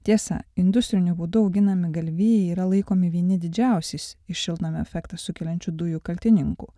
tiesa industriniu būdu auginami galvijai yra laikomi vieni didžiausiais iš šiltnamio efektą sukeliančių dujų kaltininkų